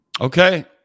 okay